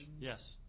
yes